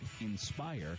INSPIRE